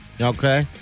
Okay